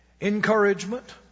Encouragement